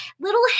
Little